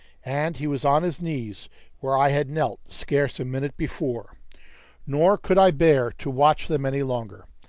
and he was on his knees where i had knelt scarce a minute before nor could i bear to watch them any longer.